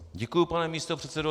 Děkuji, pane místopředsedo.